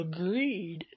agreed